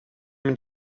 mit